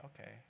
okay